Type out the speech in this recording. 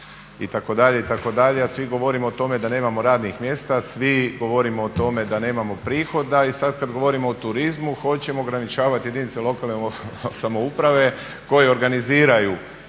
praši itd., itd. A svi govorimo o tome da nemamo radnih mjesta, svi govorimo o tome da nemamo prihoda i sad govorimo o turizmu hoćemo ograničavati jedinica lokalne samouprave koje organiziraju